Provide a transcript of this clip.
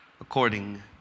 according